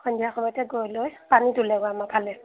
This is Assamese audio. সন্ধিয়া সময়তে গৈ লৈ পানী তোলেগৈ আমাৰ ফালে